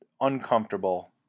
uncomfortable